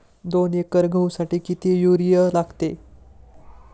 दोन एकर गहूसाठी किती युरिया लागतो?